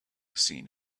seen